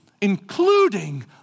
including